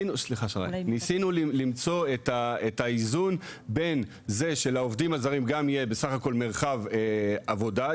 ניסינו למצוא את האיזון בין זה שלעובדים הזרים יהיה בסך הכל מרחב עבודה.